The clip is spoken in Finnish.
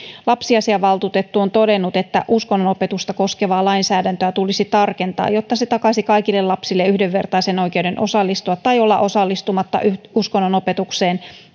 lapsiasiavaltuutettu on todennut että uskonnonopetusta koskevaa lainsäädäntöä tulisi tarkentaa jotta se takaisi kaikille lapsille yhdenvertaisen oikeuden osallistua tai olla osallistumatta uskonnonopetukseen